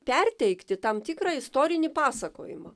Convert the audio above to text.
perteikti tam tikrą istorinį pasakojimą